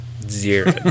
Zero